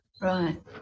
right